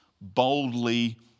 boldly